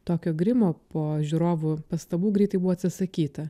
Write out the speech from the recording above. tokio grimo po žiūrovų pastabų greitai buvo atsisakyta